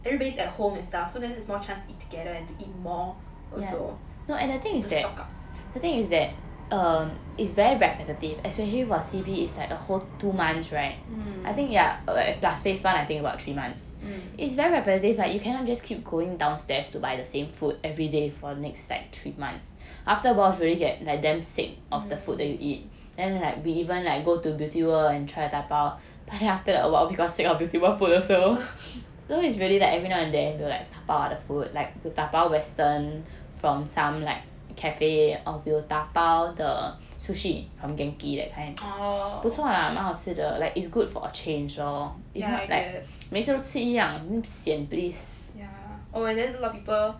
everybody's at home and stuff so then there is more chance of eat together and to eat more also to stock up mm mm oh yeah